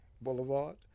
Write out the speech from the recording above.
Boulevard